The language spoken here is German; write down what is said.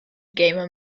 gamer